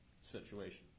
situation